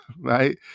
right